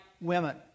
women